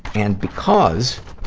and because